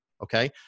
Okay